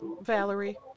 Valerie